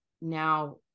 now